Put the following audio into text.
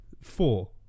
Four